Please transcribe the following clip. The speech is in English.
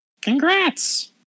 Congrats